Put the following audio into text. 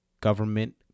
government